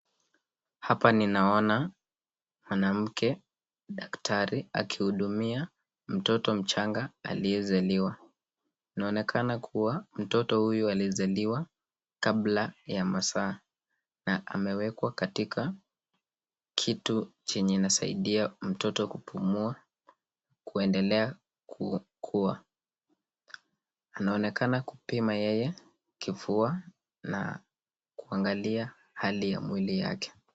Hapa ninaona mwanamke daktari. Akihudumia mtoto mchanga aliyezaliwa, inaonekana kuwa mtoto huyu alizaliwa kabla ya masaa na amewekwa katika kitu chenye inasaidia mtoto kupumua kuendelea kukua. Anaonekana kupima yeye kifua na kuangalia hali ya mwili yake.